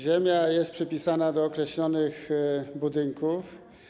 Ziemia jest przypisana do określonych budynków.